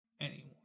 anymore